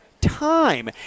time